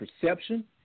perception